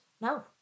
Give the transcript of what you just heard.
No